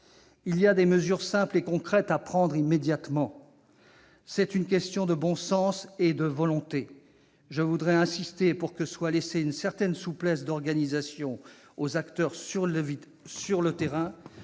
Il y a des mesures simples et concrètes à prendre immédiatement ! C'est une question de bon sens et de volonté. Je veux enfin insister sur la nécessité de laisser une certaine souplesse d'organisation aux acteurs sur le terrain,